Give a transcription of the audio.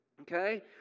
Okay